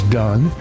done